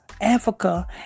Africa